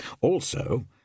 Also